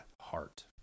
heart